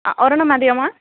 ആ ഒരെണ്ണം മതിയോ മാം